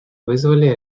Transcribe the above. вызвали